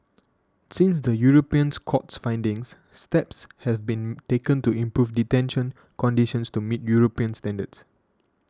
since the European court's findings steps have been taken to improve detention conditions to meet European standards